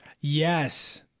Yes